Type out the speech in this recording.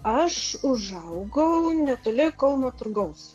aš užaugau netoli kauno turgaus